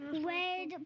red